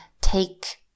take